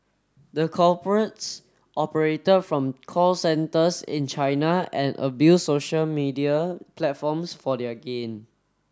the culprits operated from call centres in China and abuse social media platforms for their gain